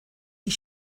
die